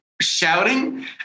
shouting